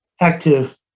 active